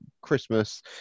Christmas